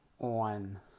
on